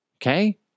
Okay